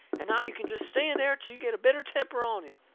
and now you can jest stay in there till you get a better temper on you!